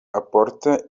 aporta